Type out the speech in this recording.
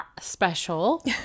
special